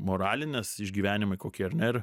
moralinės išgyvenimai kokie ir